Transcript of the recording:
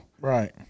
Right